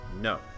No